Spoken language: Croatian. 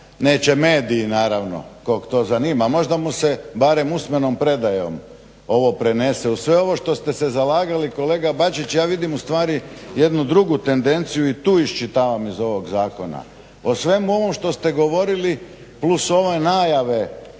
neće mediji naravno kog to zanima, možda mu se barem usmenom predajom ovo prenese. Uz sve ovo što ste se zalagali kolega Bačić ja vidim ustvari jednu drugu tendenciju i tu iščitavam iz ovog zakona. O svemu ovom što ste govorili plus ove najave